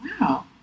wow